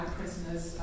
prisoners